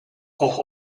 auch